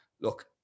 Look